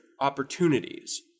opportunities